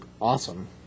awesome